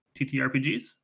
TTRPGs